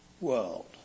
world